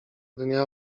dnia